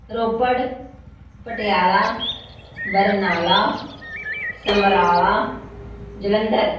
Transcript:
Ropar Patiala Barnala Samrala Jalandhar